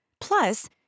Plus